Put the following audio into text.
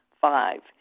Five